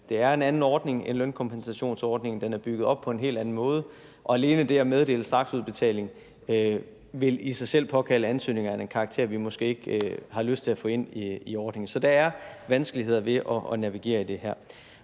Det er en anden ordning end lønkompensationsordningen. Den er bygget op på en helt anden måde, og alene det at meddele straksudbetaling vil i sig selv påkalde sig ansøgninger af en karakter, vi måske ikke har lyst til at få ind i ordningen. Så der er vanskeligheder ved at navigere i det her.